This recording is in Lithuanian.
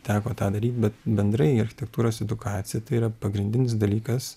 teko tą daryt bet bendrai architektūros edukacija tai yra pagrindinis dalykas